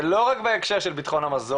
זה לא רק בהקשר של בטחון המזון,